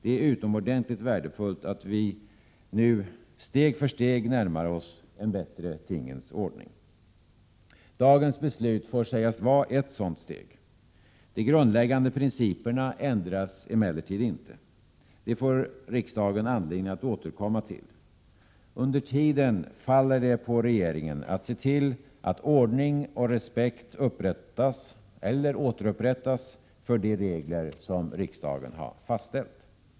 Det är utomordentligt värdefullt att vi nu steg för steg närmar oss en bättre tingens ordning. Dagens beslut får sägas vara ett sådant steg. De grundläggande principerna ändras emellertid inte. De får riksdagen anledning att återkomma till. Under tiden faller det på regeringen att se till att ordning och respekt upprättas eller återupprättas för de regler som riksdagen har fastställt.